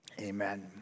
Amen